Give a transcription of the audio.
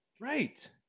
Right